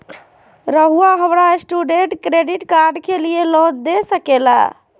रहुआ हमरा student credit card के लिए लोन दे सके ला?